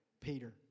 Peter